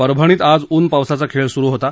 परभणीत आज ऊन पावसाचा खेळ स्रु होता